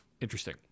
Interesting